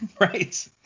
right